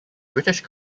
british